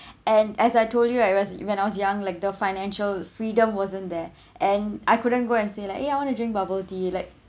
and as I told you right was when I was young like the financial freedom wasn't there and I couldn't go and say like ya I want to drink bubble tea like